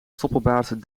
stoppelbaard